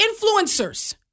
influencers